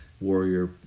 warrior